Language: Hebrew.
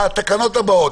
בתקנות הבאות.